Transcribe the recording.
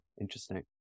Interesting